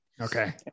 Okay